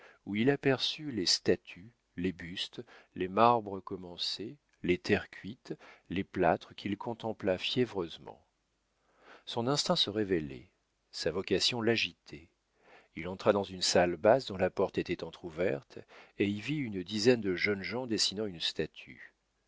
où il aperçut les statues les bustes les marbres commencés les terres cuites les plâtres qu'il contempla fiévreusement son instinct se révélait sa vocation l'agitait il entra dans une salle basse dont la porte était entr'ouverte et y vit une dizaine de jeunes gens dessinant une statue